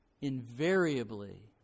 Invariably